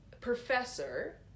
Professor